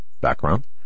background